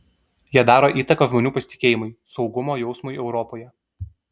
jie daro įtaką žmonių pasitikėjimui saugumo jausmui europoje